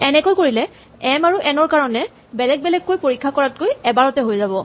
এনেকৈ কৰিলে এম আৰু এন ৰ কাৰণে বেলেগ বেলেগকৈ পৰীক্ষা কৰাতকৈ এবাৰতে হৈ যাব